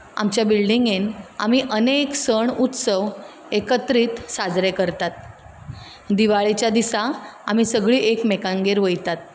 आमच्या बिल्डिंगेंत आमी अनेक सण उत्सव एकत्रीत साजरे करतात दिवाळीच्या दिसा आमी सगळीं एकमेकांगेर वयतात